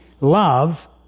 love